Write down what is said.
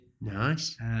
Nice